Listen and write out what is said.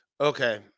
Okay